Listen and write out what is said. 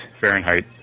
fahrenheit